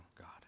God